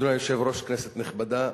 אדוני היושב-ראש, כנסת נכבדה,